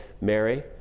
Mary